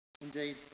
Indeed